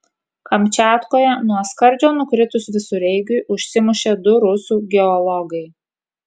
kamčiatkoje nuo skardžio nukritus visureigiui užsimušė du rusų geologai